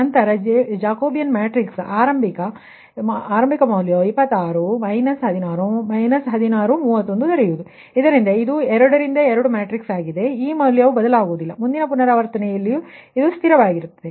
ನಂತರ Jacobian matrix ಆರಂಭಿಕ 26 16 16 31 ದೊರೆಯುವುದು ಇದು 2 ರಿಂದ 2 ಮ್ಯಾಟ್ರಿಕ್ಸ್ ಆಗಿದೆ ಮತ್ತು ಈ ಮೌಲ್ಯವು ಬದಲಾಗುವುದಿಲ್ಲ ಮುಂದಿನ ಪುನರಾವರ್ತನೆಯಲ್ಲಿ ಇದು ಸ್ಥಿರವಾಗಿರುವುದು